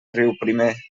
riuprimer